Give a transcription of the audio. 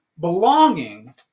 belonging